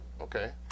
okay